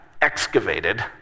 excavated